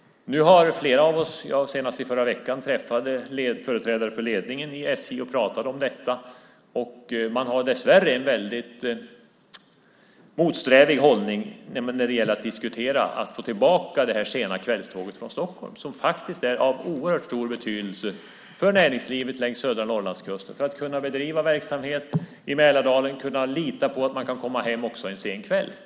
Nu har flera av oss, senast i förra veckan, träffat företrädare för ledningen i SJ och pratat om detta. Man har dessvärre en väldigt motsträvig hållning när det gäller att få tillbaka det sena kvällståget från Stockholm, som faktiskt är av oerhört stor betydelse för näringslivet längs Norrlandskusten och möjligheterna att bedriva verksamhet i Mälardalen och lita på att kunna komma hem också en sen kväll.